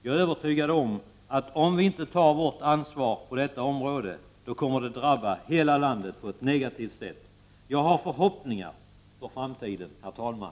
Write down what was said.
Jag är övertygad om att tar vi inte vårt ansvar på detta område, kommer det att drabba hela landet på ett negativt sätt. Jag har förhoppningar för framtiden, herr talman!